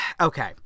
okay